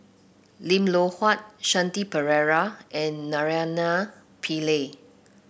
Lim Loh Huat Shanti Pereira and Naraina Pillai